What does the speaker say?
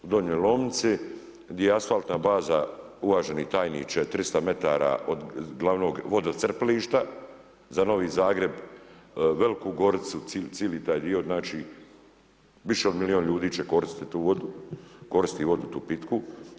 U Donjoj Lomnici gdje je asfaltna baza uvaženi tajniče 300 metara od glavnog vodocrpilišta za Novi Zagreb, Veliku Goricu, cili taj dio znači više od milijun ljudi će koristiti tu vodu, koristi tu vodu pitku.